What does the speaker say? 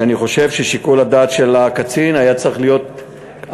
שאני חושב ששיקול הדעת של הקצין היה צריך להיות אחר,